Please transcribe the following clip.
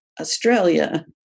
Australia